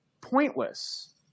pointless